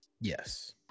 yes